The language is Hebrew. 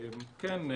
כן,